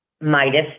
Midas